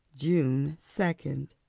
june second.